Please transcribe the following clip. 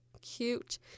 cute